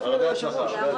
יש עוד